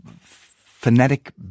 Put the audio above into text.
phonetic